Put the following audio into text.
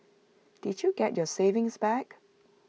did you get your savings back